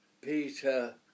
Peter